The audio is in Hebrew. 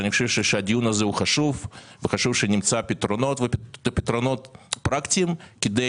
אני חושב שהדיון הזה הוא חשוב וחשוב שנמצא פתרונות פרקטיים כדי